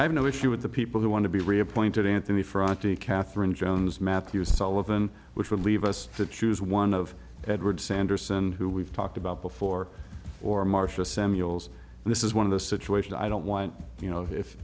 i have no issue with the people who want to be reappointed anthony fraud to katherine jones matthew sullivan which will leave us to choose one of edward sanderson who we've talked about before or marcia samuels this is one of the situation i don't want you know if